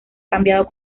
cambiado